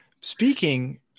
Speaking